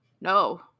no